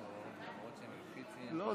צודקת.